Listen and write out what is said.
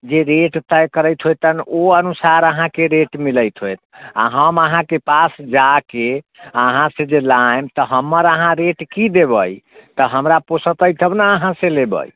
जे रेट तय करैत हौतेन ओ अनुसार अहाँके रेट मिलैत होइत आओर हम अहाँके पास जाके अहाँसँ जे लायब तऽ हमर अहाँ रेट की देबै तऽ हमरा पोषैते तब ने अहाँसँ लेबै